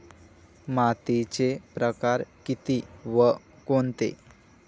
मातीचे प्रकार किती व कोणते?